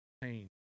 pain